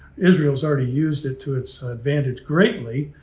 israel's already used it to its advantage greatly,